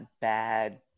bad